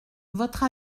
votre